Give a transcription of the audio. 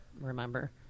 remember